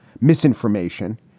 misinformation